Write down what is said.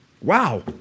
Wow